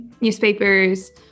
newspapers